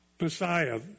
Messiah